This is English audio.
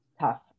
tough